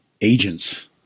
agents